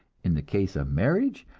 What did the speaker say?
in the case of marriage,